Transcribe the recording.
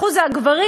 אחוז הגברים,